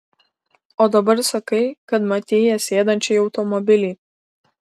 o dabar sakai kad matei ją sėdančią į automobilį